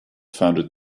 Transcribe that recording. founded